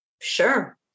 Sure